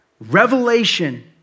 revelation